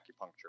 acupuncture